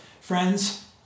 Friends